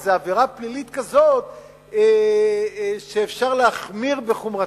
זו עבירה פלילית כזאת שאפשר להחמיר בחומרתה.